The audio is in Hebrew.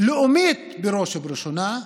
לאומית בראש ובראשונה,